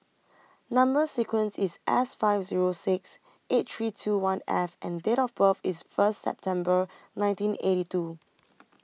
Number sequence IS S five Zero six eight three two one F and Date of birth IS First September nineteen eighty two